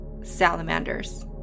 salamanders